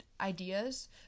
ideas